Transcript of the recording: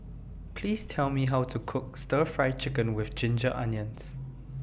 Please Tell Me How to Cook Stir Fry Chicken with Ginger Onions